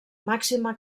màxima